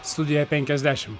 sudijo penkiasdešim